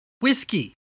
Whiskey